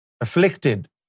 afflicted